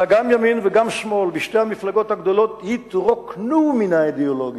אלא שגם ימין וגם שמאל בשתי המפלגות הגדולות התרוקנו מן האידיאולוגיה,